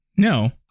No